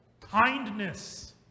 kindness